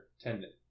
tendon